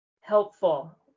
helpful